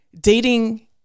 dating